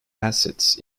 assets